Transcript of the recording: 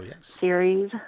series